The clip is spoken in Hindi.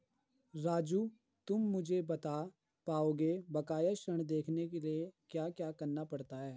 राजू तुम मुझे बता पाओगे बकाया ऋण देखने के लिए क्या करना पड़ता है?